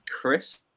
Chris